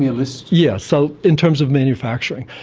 me a list. yeah so in terms of manufacturing,